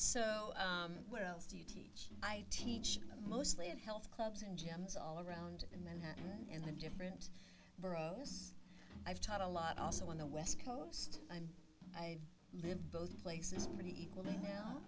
so where else do you teach i teach mostly in health clubs and jams all around in manhattan in the different boroughs i've taught a lot also on the west coast i'm i live both places pretty equal